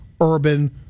Urban